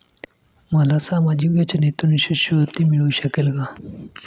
मला सामाजिक योजनेतून शिष्यवृत्ती मिळू शकेल का?